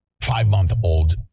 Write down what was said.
five-month-old